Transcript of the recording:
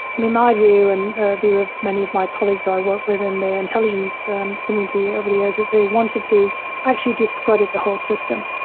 mean, my view and the view of many of my colleagues i work with in the intelligence community, over the years, is they wanted to actually discredit the whole system.